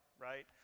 right